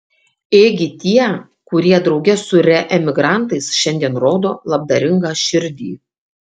ėgi tie kurie drauge su reemigrantais šiandien rodo labdaringą širdį